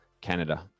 Canada